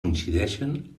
coincideixen